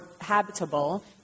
habitable